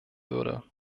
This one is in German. würde